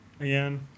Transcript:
again